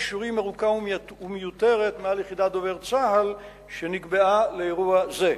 אישורים ארוכה ומיותרת מעל יחידת דובר צה"ל שנקבעה לאירוע זה.